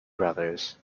brothers